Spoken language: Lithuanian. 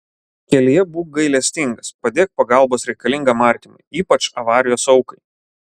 kelyje būk gailestingas padėk pagalbos reikalingam artimui ypač avarijos aukai